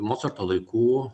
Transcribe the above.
mocarto laikų